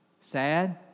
Sad